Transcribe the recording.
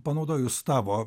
panaudojus tavo